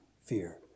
fear